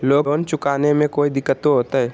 Loan चुकाने में कोई दिक्कतों होते?